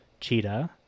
cheetah